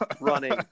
running